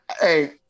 Hey